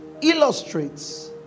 illustrates